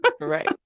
Right